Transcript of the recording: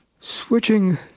Switching